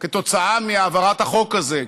כתוצאה מהעברת החוק הזה,